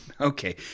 Okay